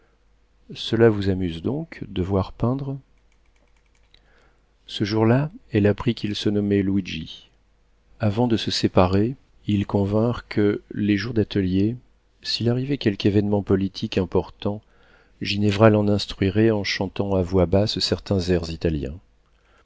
cela vous amuse donc de voir peindre ce jour-là elle apprit qu'il se nommait luigi avant de se séparer ils convinrent que les jours d'atelier s'il arrivait quelque événement politique important ginevra l'en instruirait en chantant à voix basse certains airs italiens